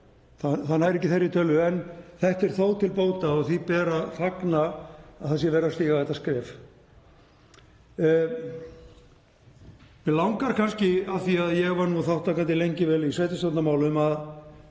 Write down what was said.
Það nær ekki þeirri tölu. En þetta er þó til bóta og því ber að fagna að það sé verið að stíga þetta skref. Mig langar, af því að ég var nú þátttakandi lengi vel í sveitarstjórnarmálum, að